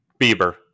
Bieber